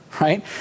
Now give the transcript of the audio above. right